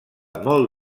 molt